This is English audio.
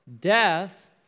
death